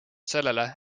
sellele